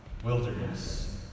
Wilderness